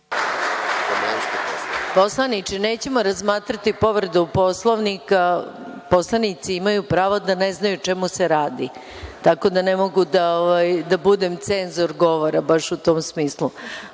Poslaniče, nećemo razmatrati povredu Poslovniku. Poslanici imaju pravo da ne znaju o čemu se radi, tako da ne mogu da budem cenzor govora baš u tom smislu.A,